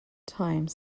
time